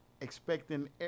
expecting